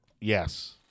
Yes